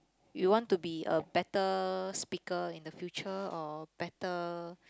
you want to be a better speaker in the future or better